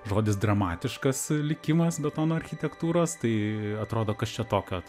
žodis dramatiškas likimas betono architektūros tai atrodo kas čia tokio